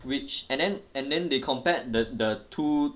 which and then and then they compared the the two